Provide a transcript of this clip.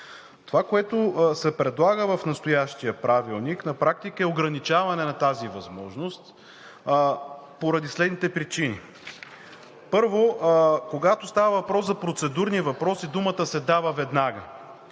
Това, което се предлага в настоящия правилник, на практика е ограничаване на тази възможност поради следните причини: Първо, когато става въпрос за процедурни въпроси, думата се дава веднага,